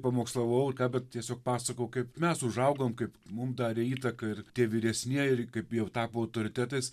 pamokslavau bet tiesiog pasakojau kaip mes užaugom kaip mum darė įtaką ir tie vyresnieji ir kaip jau tapo autoritetais